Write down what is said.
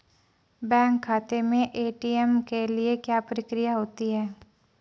Bank खाते में ATM के लिए क्या प्रक्रिया होती है?